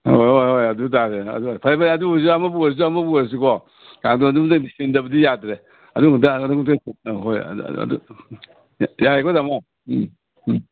ꯍꯣꯏ ꯍꯣꯏ ꯍꯣꯏ ꯑꯗꯨ ꯇꯥꯔꯦ ꯑꯗꯣ ꯐꯔꯦ ꯐꯔꯦ ꯑꯗꯨꯕꯨ ꯑꯣꯏꯔꯁꯨ ꯑꯃꯕꯨ ꯑꯣꯏꯔꯁꯨ ꯑꯃꯕꯨ ꯑꯣꯏꯔꯁꯨꯀꯣ ꯀꯥꯡꯗꯣꯟꯗꯨꯃꯇꯪꯗꯤ ꯁꯤꯟꯗꯕꯗꯤ ꯌꯥꯗ꯭ꯔꯦ ꯑꯗꯨꯃꯨꯛꯇ ꯑꯗꯨ ꯍꯣꯏ ꯌꯥꯔꯦꯀꯣ ꯇꯥꯃꯣ ꯎꯝ ꯎꯝ